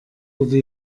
wurde